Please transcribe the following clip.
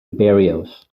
barrios